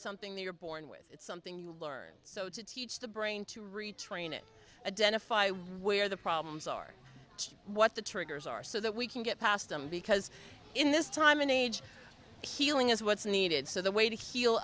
so thing that you're born with it's something you learn so to teach the brain to retrain it a den if i wear the problems are what the triggers are so that we can get past them because in this time and age healing is what's needed so the way to